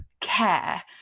care